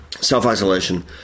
self-isolation